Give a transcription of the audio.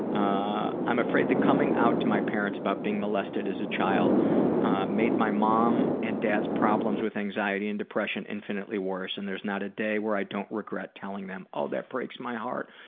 ah i'm afraid that coming out to my parents about being molested as a child made my mom and dad's problems with anxiety and depression infinitely worse. and there's not a day where i don't regret telling them. that breaks my heart.